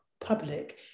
public